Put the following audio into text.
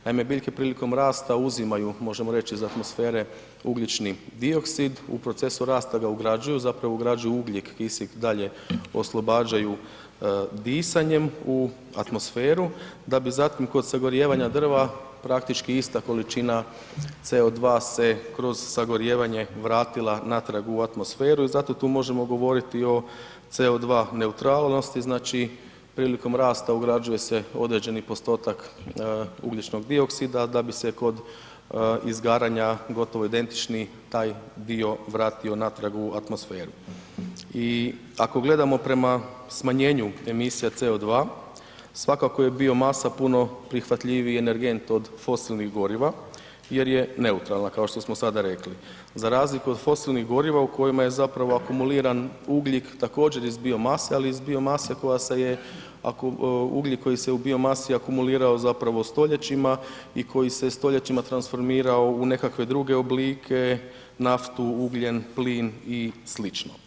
Naime biljke prilikom rasta uzimaju možemo reći iz atmosfere ugljični dioksid, u procesu rasta ga ugrađuju, zapravo ugrađuju ugljik, kisik dalje oslobađaju disanjem u atmosferu da bi zatim kod sagorijevanja drva praktički ista količina CO2 se kroz sagorijevanje vratila natrag u atmosferu i zato tu možemo govoriti o CO2 neutralnosti, znači prilikom rasta ugrađuje se određeni postotak ugljičnog dioksida da bi se kod izgaranja gotovo identični taj dio vratio natrag u atmosferu i ako gledamo prema smanjenju emisija CO2, svakako je biomasa puno prihvatljiviji energent od fosilnih goriva jer je neutralna kao što smo sada rekli, za razliku od fosilnih goriva u kojima je zapravo akumuliran ugljik također iz biomase, ali iz biomase koja se je, ugljik koji se u biomasi akumulirao zapravo stoljećima i koji se stoljećima transformirao u nekakve druge oblike, naftu, ugljen, plin i slično.